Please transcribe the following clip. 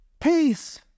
Peace